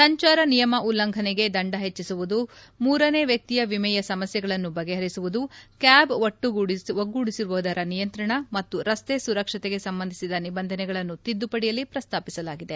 ಸಂಜಾರ ನಿಯಮ ಉಲ್ಲಂಘನೆಗೆ ದಂಡ ಹೆಜ್ಜಿಸುವುದು ಮೂರನೇ ವ್ಯಕ್ತಿಯ ವಿಮೆಯ ಸಮಸ್ಯೆಗಳನ್ನು ಬಗೆಪರಿಸುವುದು ಕ್ಯಾಬ್ ಒಟ್ಲುಗೂಡಿಸುವವರ ನಿಯಂತ್ರಣ ಮತ್ತು ರಸ್ತೆ ಸುರಕ್ಷತೆಗೆ ಸಂಬಂಧಿಸಿದ ನಿಬಂಧನೆಗಳನ್ನು ತಿದ್ದುಪಡಿಯಲ್ಲಿ ಪ್ರಸ್ತಾಪಿಸಲಾಗಿದೆ